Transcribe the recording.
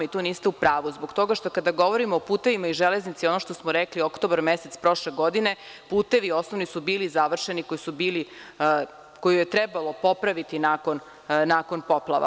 Tu niste u pravu, zbog toga što kada govorimo o putevima i železnici, ono što smo rekli, oktobar mesec prošle godine, putevi osnovni su bili završeni, koje je trebalo popraviti nakon poplava.